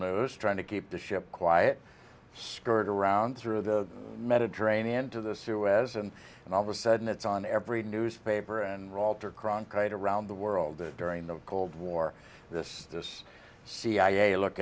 news trying to keep the ship quiet skirt around through the mediterranean to the suez and and all of a sudden it's on every newspaper and robbed or cronkite around the world during the cold war this is cia look